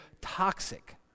toxic